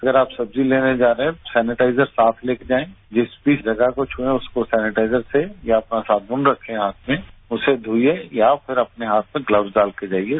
अगर आप सब्जी लेने जा रहे हैं सैनिटाइजर साथ लेकर जायें जिस भी जगह को षुएं उसको सैनिटाइजर से या अपना साबुन रखें हाथ में उससे कोइये या फ्रिर अपने हाथ में ग्लब्स डालकर जाइये